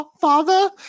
father